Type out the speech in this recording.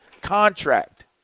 contract